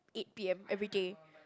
eight P_M everyday